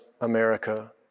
America